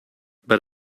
but